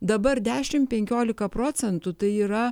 dabar dešimt penkiolika procentų tai yra